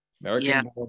American